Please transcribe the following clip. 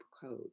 code